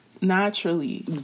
naturally